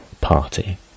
Party